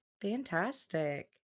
Fantastic